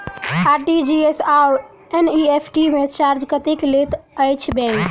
RTGS आओर NEFT मे charge कतेक लैत अछि बैंक?